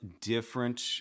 different